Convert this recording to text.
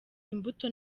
imbuto